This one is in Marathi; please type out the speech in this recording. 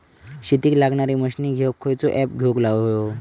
शेतीक लागणारे मशीनी घेवक खयचो ऍप घेवक होयो?